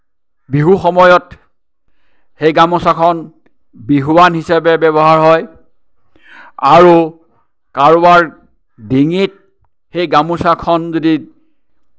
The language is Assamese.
বিহুৰ সময়ত সেই গামোচাখন বিহুৱান হিচাপে ব্যৱহাৰ হয় আৰু কাৰোবাৰ ডিঙিত সেই গামোচাখন যদি